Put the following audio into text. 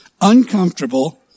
uncomfortable